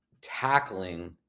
tackling